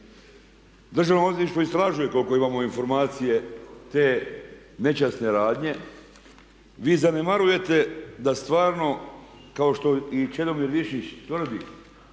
Državno odvjetništvo istražuje koliko imamo informacija te nečasne radnje vi zanemarujete da stvarno kao što i Čedomir Višnjić tvrdi